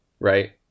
right